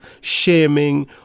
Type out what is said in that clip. shaming